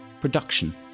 production